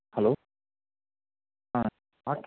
hello ஆ add